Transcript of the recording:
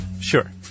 Sure